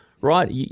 Right